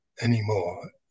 anymore